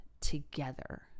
together